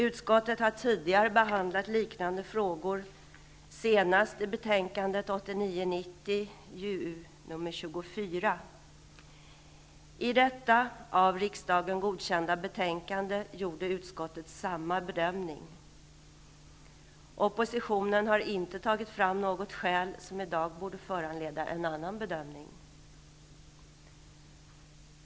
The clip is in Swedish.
Utskottet har tidigare behandlat liknande frågor, senast i betänkandet Oppositionen har inte tagit fram något skäl som i dag borde föranleda en annan bedömning.